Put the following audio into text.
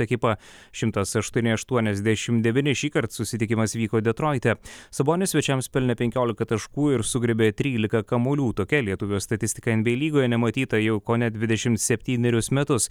ekipą šimtas aštuoni aštuoniasdešim devyni šįkart susitikimas vyko detroite sabonis svečiams pelnė penkiolika taškų ir sugriebė trylika kamuolių tokia lietuvio statistika nba lygoje nematyta jau kone dvidešim septynerius metus